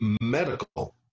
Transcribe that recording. medical